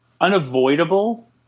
unavoidable